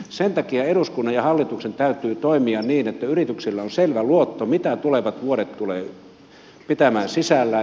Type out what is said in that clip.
sen takia eduskunnan ja hallituksen täytyy toimia niin että yrityksillä on selvä luotto mitä tulevat vuodet tulevat pitämään sisällään